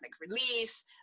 release